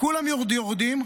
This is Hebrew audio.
כולם יורדים,